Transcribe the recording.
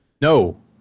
No